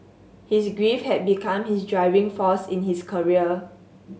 his grief had become his driving force in his career